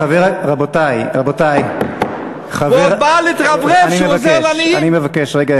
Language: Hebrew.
רבותי, רבותי, אני מבקש.